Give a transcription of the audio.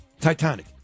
Titanic